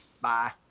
Bye